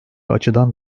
açıdan